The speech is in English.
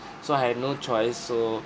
so I had no choice so